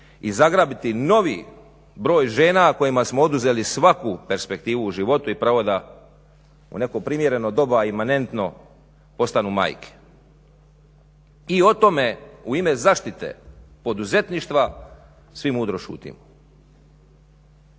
i zagrabiti novi broj žena kojima smo oduzeli svaku perspektivu u životu i pravo da u neko primjereno doba imanentno postanu majke. I o tome u ime zaštite poduzetništva svi mudro šutimo.